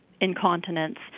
incontinence